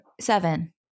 Seven